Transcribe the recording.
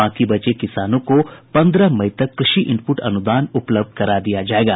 बाकी बचे किसानों को पंद्रह मई तक कृषि इनपुट अनुदान उपलब्ध करा दिया जायेगा